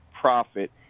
profit